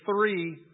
three